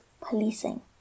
policing